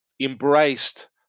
embraced